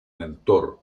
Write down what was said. mentor